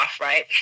right